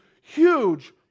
huge